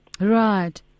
Right